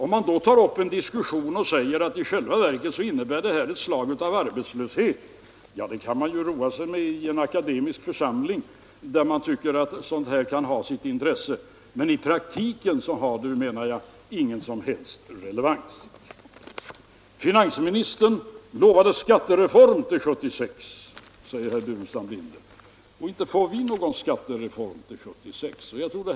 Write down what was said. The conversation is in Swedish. Men man tar upp en diskussion och säger att detta i själva verket innebär ett slag av arbetslöshet; det kan man roa sig med i akademiska församlingar, där man tycker att sådant här kan ha sitt intresse, men i praktiken har detta resonemang, menar jag, ingen som helst relevans. Finansministern lovade en skattereform till 1976, säger herr Burenstam Linder, och inte får vi någon skattereform till 1976!